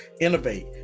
innovate